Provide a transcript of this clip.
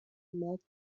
marked